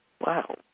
Wow